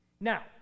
Now